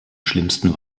schlimmsten